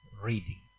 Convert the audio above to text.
reading